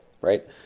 right